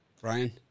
Brian